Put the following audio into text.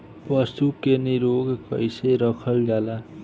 पशु के निरोग कईसे रखल जाला?